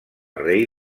rei